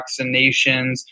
vaccinations